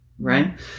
right